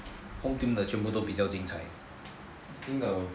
home team 的全部比较精彩